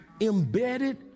Embedded